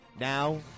Now